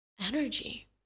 energy